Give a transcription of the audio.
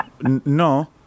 No